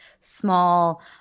small